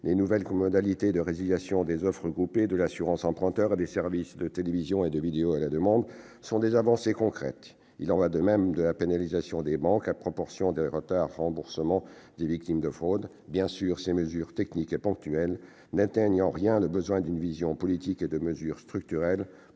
Les nouvelles modalités de résiliation des offres groupées, de l'assurance emprunteur et des services de télévision et de vidéo à la demande sont des avancées concrètes. Il en va de même avec la pénalisation des banques, à proportion des retards de remboursement des victimes de fraudes. Bien sûr, ces mesures, techniques et ponctuelles, ne répondent en rien au besoin d'une vision politique et de mesures structurelles.